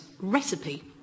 recipe